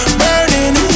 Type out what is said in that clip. burning